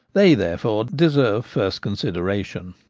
they therefore deserve first consideration.